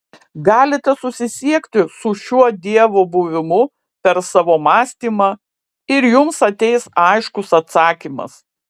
galite susisiekti su šiuo dievo buvimu per savo mąstymą ir jums ateis aiškus atsakymas